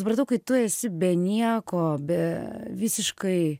supratau kai tu esi be nieko be visiškai